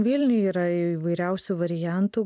vilniuj yra įvairiausių variantų